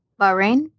Bahrain